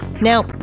Now